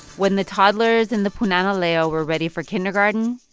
when the toddlers in the punana leo were ready for kindergarten,